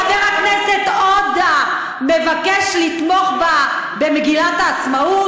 חבר הכנסת עודה מבקש לתמוך במגילת העצמאות?